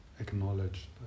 acknowledge